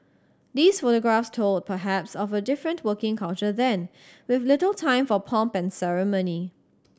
these photographs told perhaps of a different working culture then with little time for pomp and ceremony